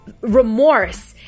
remorse